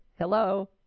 Hello